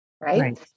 Right